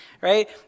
right